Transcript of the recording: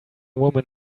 woman